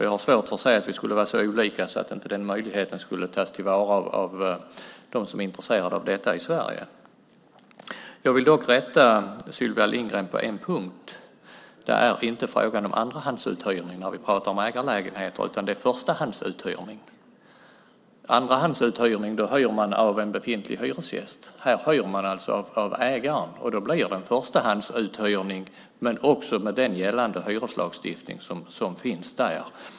Jag har svårt att se att vi skulle vara så olika att den möjligheten inte skulle tas till vara av dem som är intresserade av detta i Sverige. Jag vill rätta Sylvia Lindgren på en punkt. Det är inte fråga om andrahandsuthyrning när vi talar om ägarlägenheter utan förstahandsuthyrning. Vid andrahandsuthyrning hyr man av en befintlig hyresgäst. Här hyr man av ägaren. Då blir det en förstahandsuthyrning med gällande hyreslagstiftning.